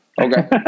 Okay